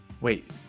wait